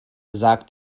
sagt